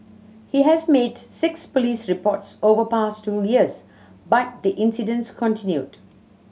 he has made six police reports over past two years but the incidents continued